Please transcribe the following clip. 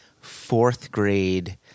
fourth-grade